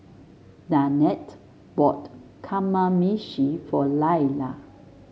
Danette bought Kamameshi for Lailah